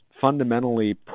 fundamentally